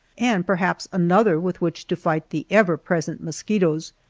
and perhaps another with which to fight the ever-present mosquitoes,